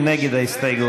מי נגד ההסתייגות?